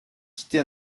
quitter